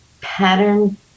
pattern